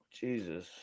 Jesus